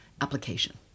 Application